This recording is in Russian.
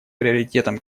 приоритетом